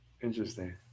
Interesting